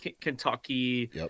Kentucky